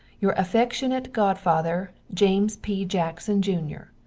your affeckshunate godfather, james p. jackson jr.